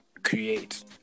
create